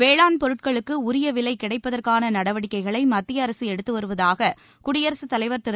வேளாண் பொருட்களுக்கு உரிய விலை கிடைப்பதற்கான நடவடிக்கைகளை மத்திய அரசு எடுத்து வருவதாக குடியரசுத் தலைவர் திரு